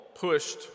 pushed